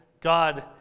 God